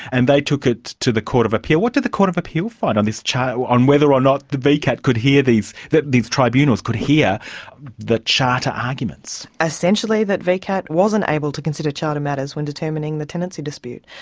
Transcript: and they took it to the court of appeal. what did the court of appeal find on this charter, on whether or not vcat could hear these, that these tribunals could hear the charter arguments? essentially that vcat wasn't able to consider charter matters when determining the tenancy dispute.